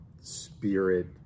spirit